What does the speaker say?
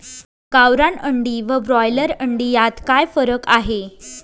गावरान अंडी व ब्रॉयलर अंडी यात काय फरक आहे?